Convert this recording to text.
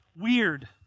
weird